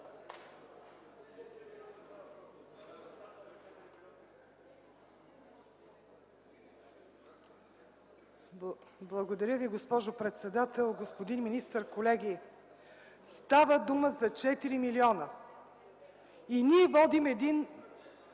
Благодаря Ви, госпожо председател. Господин министър, колеги! Става дума за 4 милиона и според мен